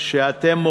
שאתם מוחים,